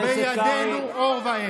בידנו אור ואש".